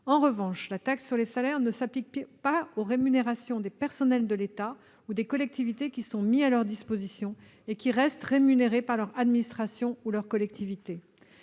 En revanche, la taxe sur les salaires ne s'applique pas aux rémunérations des personnels de l'État ou des collectivités territoriales mis à leur disposition et qui restent rémunérés par leur administration ou leur collectivité.